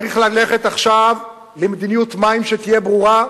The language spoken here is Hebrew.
צריך ללכת עכשיו למדיניות מים שתהיה ברורה,